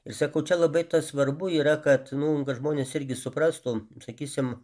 ir sakau čia labai svarbu yra kad nu kad žmonės irgi suprastų sakysim